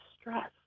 stress